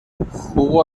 jugó